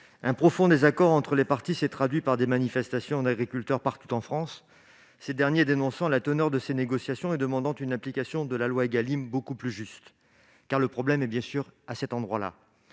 Un profond désaccord entre les parties s'est traduit par des manifestations d'agriculteurs partout en France, ces derniers dénonçant la teneur de ces négociations et demandant une application de la loi Égalim beaucoup plus juste. Le problème est bien là ! Rappelons